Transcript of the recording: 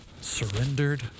surrendered